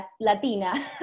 Latina